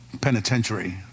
Penitentiary